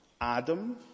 Adam